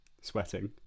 Sweating